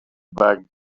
bag